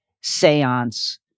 Seance